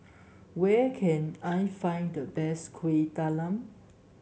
where can I find the best Kuih Talam